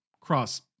cross